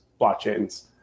blockchains